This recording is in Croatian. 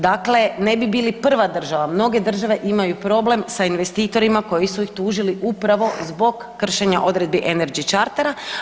Dakle, ne bi bili prva država, mnoge države imaju problem sa investitorima koji su ih tužili upravo zbog kršenja odredbi LNG chartera.